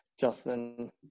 Justin